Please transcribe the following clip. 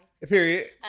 Period